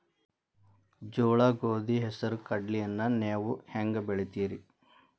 ಜೋಳ, ಗೋಧಿ, ಹೆಸರು, ಕಡ್ಲಿಯನ್ನ ನೇವು ಹೆಂಗ್ ಬೆಳಿತಿರಿ?